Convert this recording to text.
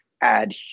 add